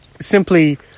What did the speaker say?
simply